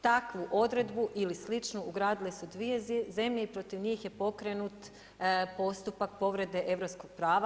Takvu odredbu ili sličnu ugradile su dvije zemlje i protiv njih je pokrenut postupak povrede europskog prava.